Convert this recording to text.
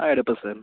ஆ எடுப்பேன் சார்